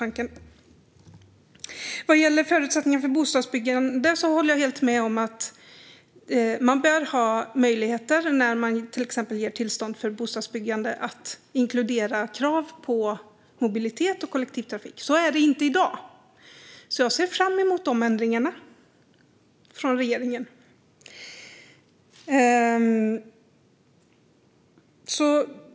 Vad gäller förutsättningar för bostadsbyggande håller jag helt med om att man när man ger tillstånd för bostadsbyggande bör ha möjlighet att exempelvis inkludera krav på mobilitet och kollektivtrafik. Så är det inte i dag. Jag ser fram emot de ändringarna.